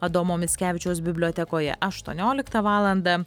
adomo mickevičiaus bibliotekoje aštuonioliktą valandą